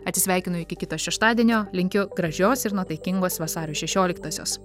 atsisveikino iki kito šeštadienio linkiu gražios ir nuotaikingos vasario šešioliktosios